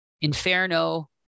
Inferno